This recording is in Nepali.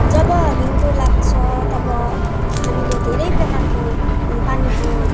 जब हिउँदो लाग्छ तब हामीले धेरै प्रकारको पानीको